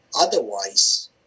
otherwise